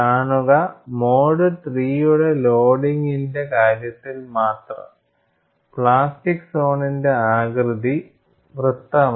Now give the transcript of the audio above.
കാണുക mode III യുടെ ലോഡിംഗിന്റെ കാര്യത്തിൽ മാത്രം പ്ലാസ്റ്റിക് സോണിന്റെ ആകൃതി വൃത്തമാണ്